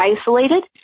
isolated